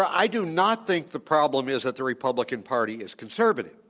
i do not think the problem is that the republican party is conservative.